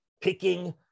picking